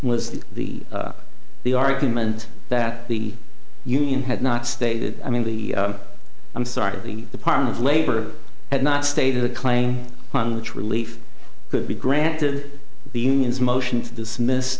was the the the argument that the union had not stated i mean the i'm sorry the department of labor had not stated the claim on the relief could be granted the union's motion to dismiss